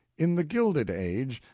in the gilded age,